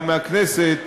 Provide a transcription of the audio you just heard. גם מהכנסת,